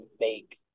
make